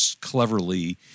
cleverly